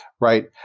Right